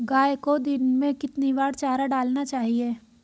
गाय को दिन में कितनी बार चारा डालना चाहिए?